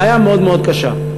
בעיה מאוד מאוד קשה.